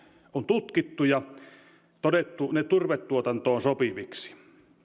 tutkittu ja todettu ne turvetuotantoon sopiviksi